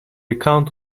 account